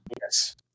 Yes